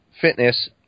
fitness